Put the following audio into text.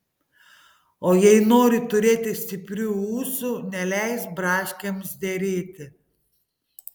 o jei nori turėti stiprių ūsų neleisk braškėms derėti